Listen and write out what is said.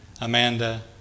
Amanda